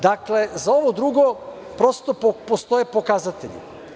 Dakle, za ovo drugo prosto postoje pokazatelji.